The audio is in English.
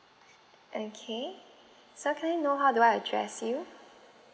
okay so can I know how do I address you